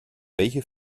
welche